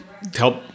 Help